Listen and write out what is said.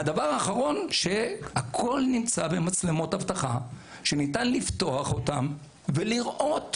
הדבר האחרון הוא שהכול נמצא במצלמות אבטחה שניתן לפתוח אותן ולראות.